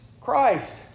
Christ